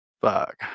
fuck